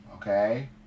Okay